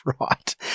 right